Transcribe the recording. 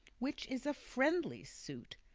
which is a friendly suit,